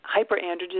hyperandrogenism